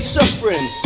suffering